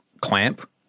clamp